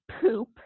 poop